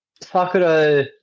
Sakura